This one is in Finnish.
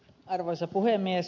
arvoisa puhemies